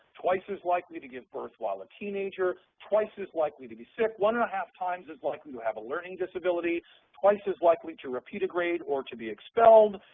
twice as likely to give birth while a teenager, twice as likely to be sick, one-and-a-half times as likely to have a learning disability, twice as likely to repeat a grade or to be expelled,